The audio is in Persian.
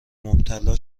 مبتلا